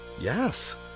Yes